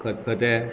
खतखतें